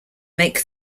make